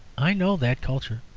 i know that culture.